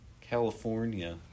California